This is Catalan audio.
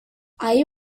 ahir